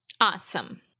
Awesome